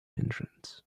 entrance